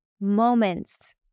moments